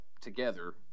together